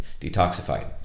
detoxified